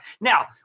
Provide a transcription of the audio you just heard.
Now